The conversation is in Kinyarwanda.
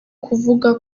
kuvuga